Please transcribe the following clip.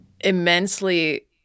Immensely